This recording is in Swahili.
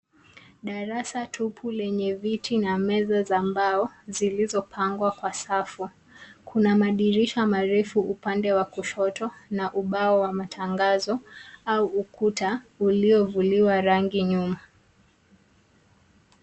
Darasa tupu lenye viti na meza za mbao zilizopangwa kwa safu. Kuna madirisha marefu upande wa kushoto na ubao wa matangazo au ukuta uliovuliwa rangi nyuma.